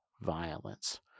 violence